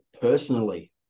personally